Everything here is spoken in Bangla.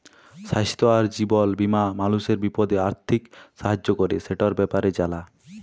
স্বাইস্থ্য আর জীবল বীমা মালুসের বিপদে আথ্থিক সাহায্য ক্যরে, সেটর ব্যাপারে জালা